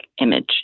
image